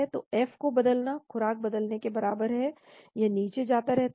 तो F को बदलना खुराक बदलने के बराबर है यह नीचे जाता रहता है